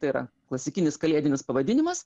tai yra klasikinis kalėdinis pavadinimas